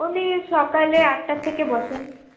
উনি সকালে আটটার থেকে বসেন